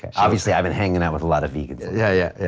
obviously, i've been hanging out with a lot of vegans. yeah, yeah,